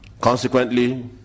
Consequently